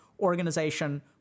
organization